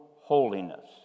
holiness